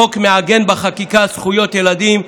החוק מעגן בחקיקה זכויות ילדים,